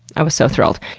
i was so thrilled.